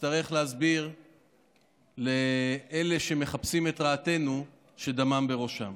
נצטרך להסביר לאלה שמחפשים את רעתנו שדמם בראשם.